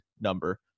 number